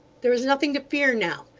there is nothing to fear now.